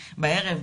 בערב,